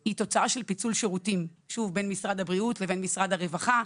היא תוצאה של פיצול שירותים בין משרד הבריאות לבין משרד הרווחה,